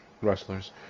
Wrestlers